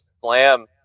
slam